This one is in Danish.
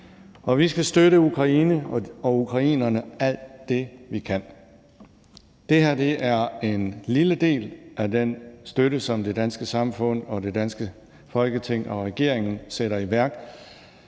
vi skal støtte Ukraine og ukrainerne alt det, vi kan. Det her er en lille del af den støtte, som det danske samfund og det danske Folketing og regeringen sætter i værk,